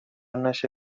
نشه